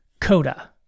Coda